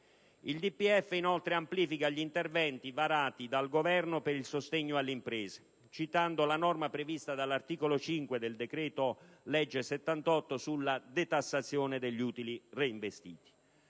Il DPEF, inoltre, amplifica gli interventi varati dal Governo per il sostegno alle imprese, citando la norma prevista dall'articolo 5 del decreto-legge n. 78 del 2009 sulla detassazione degli utili reinvestiti.